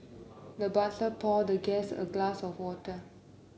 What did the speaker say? the butler poured the guest a glass of water